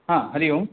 Hari Om